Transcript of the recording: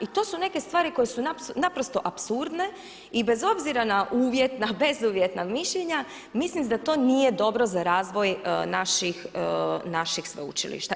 I to su neke stvari koje su naprosto apsurdne i bez obzira na bezuvjetna mišljenja mislim da to nije dobro za razvoj naših sveučilišta.